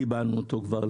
אוסם, קיבלתם מענק הסבה?